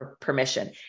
permission